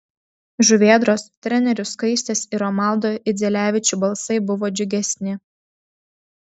žuvėdros trenerių skaistės ir romaldo idzelevičių balsai buvo džiugesni